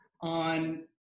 on